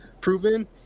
proven